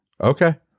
Okay